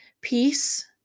peace